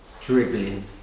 dribbling